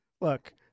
look